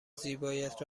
زیبایت